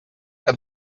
que